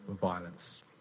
violence